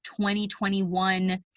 2021